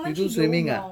you do swimming ah